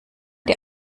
die